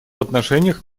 отношениях